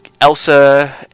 Elsa